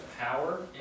power